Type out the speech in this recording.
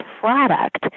product